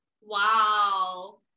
Wow